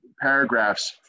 paragraphs